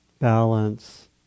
balance